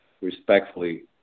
respectfully